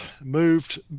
moved